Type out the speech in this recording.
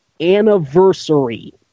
anniversary